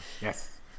yes